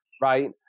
Right